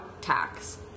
tax